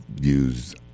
use